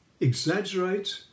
exaggerate